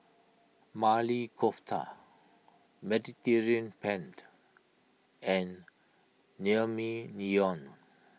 Maili Kofta Mediterranean Pent and Naengmyeon